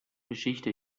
geschichte